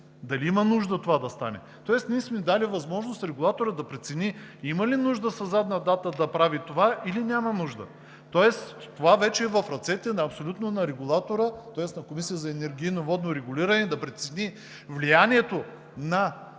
дали има нужда това да стане“. Тоест ние сме дали възможност регулаторът да прецени има ли нужда със задна дата да прави това, или няма нужда. Това вече абсолютно е в ръцете на регулатора, на Комисията за енергийно и водно регулиране, да прецени влиянието на цената,